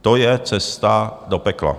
To je cesta do pekla.